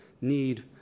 need